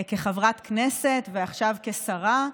כחברת כנסת ועכשיו כשרה,